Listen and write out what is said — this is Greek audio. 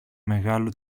μεγάλο